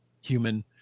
human